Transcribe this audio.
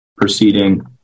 proceeding